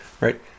right